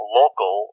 local